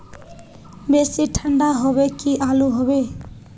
बेसी ठंडा होबे की आलू होबे